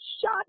shut